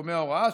לתחומי ההוראה,